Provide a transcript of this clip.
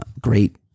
Great